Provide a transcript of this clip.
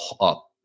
up